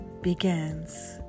begins